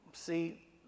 See